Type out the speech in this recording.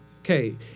okay